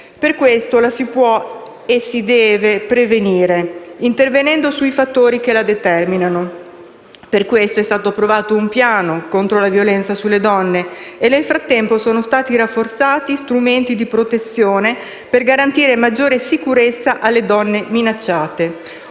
Per questo la si può e la si deve prevenire, intervenendo sui fattori che la determinano. Per questo è stato approvato un piano contro la violenza sulle donne e nel frattempo sono stati rafforzati strumenti di protezione per garantire maggiore sicurezza alle donne minacciate.